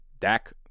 Dak